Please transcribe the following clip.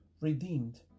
redeemed